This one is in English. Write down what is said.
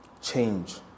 change